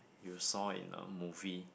you saw in a movie